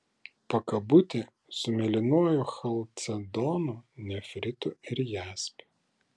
pakabutį su mėlynuoju chalcedonu nefritu ir jaspiu